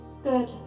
Good